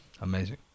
Amazing